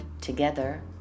Together